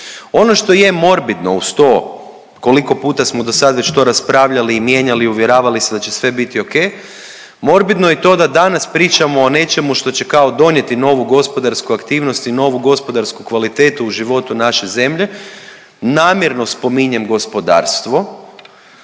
Ono što je morbidno uz to koliko puta smo dosad već to raspravljali i mijenjali i uvjeravali se da će sve biti okej, morbidno je i to da danas pričamo o nečemu što će kao donijeti novu gospodarsku aktivnost i novu gospodarsku kvalitetu u životu naše zemlje. Namjerno spominjem gospodarstvo,